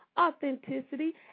Authenticity